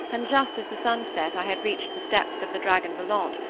and just as the sun set i had reached the steps of the dragon volant,